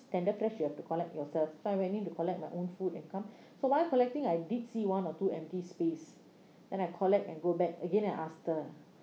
Tenderfresh you have to collect yourself so I went in to collect my own food and come so while collecting I did see one or two empty space then I collect and go back again I ask her